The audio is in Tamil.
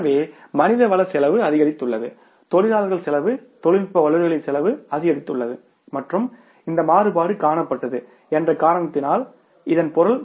எனவே மனிதவள செலவு அதிகரித்துள்ளது தொழிலாளர்கள் செலவு தொழில்நுட்ப வல்லுநர்களின் செலவு அதிகரித்துள்ளது மற்றும் இந்த மாறுபாடு காணப்பட்டது என்ற காரணத்தினால் இதன் பொருள்